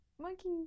Monkey